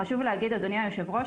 חשוב להגיד אדוני היו"ר,